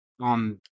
on